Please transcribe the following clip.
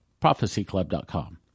prophecyclub.com